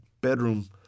bedroom